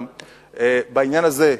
בעניין הזה,